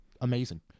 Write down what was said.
amazing